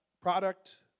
product